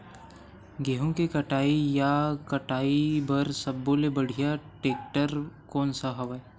गेहूं के कटाई या कटाई बर सब्बो ले बढ़िया टेक्टर कोन सा हवय?